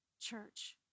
church